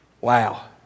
Wow